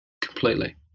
Completely